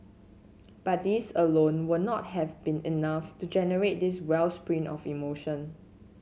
but these alone would not have been enough to generate this wellspring of emotion